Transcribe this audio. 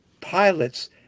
Pilots